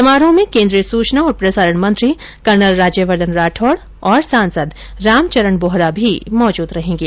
समारोह में केन्द्रीय सूचना और प्रसारण मंत्री कर्नल राज्यवर्द्वन राठौड और सांसद रामचरण बोहरा भी मौजूद रहेंगे